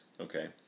okay